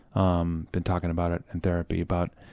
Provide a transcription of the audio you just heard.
um been talking about it in therapy about